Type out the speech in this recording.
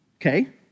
okay